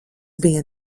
bija